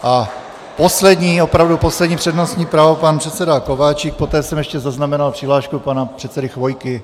A poslední, opravdu poslední přednostní právo pan předseda Kováčik, poté jsem ještě zaznamenal přihlášku pana předsedy Chvojky.